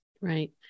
Right